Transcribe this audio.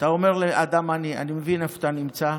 אתה אומר לאדם עני: אני מבין איפה אתה נמצא,